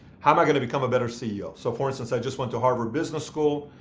how am i going to become a better ceo? so for instance, i just went to harvard business school,